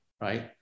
Right